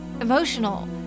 Emotional